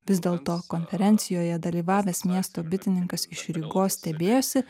vis dėlto konferencijoje dalyvavęs miesto bitininkas iš rygos stebėjosi